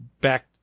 back